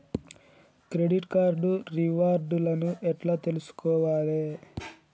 Credit card reward లను ఎట్ల తెలుసుకోవాలే?